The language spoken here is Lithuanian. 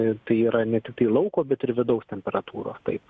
ir tai yra ne tiktai lauko bet ir vidaus temperatūros taip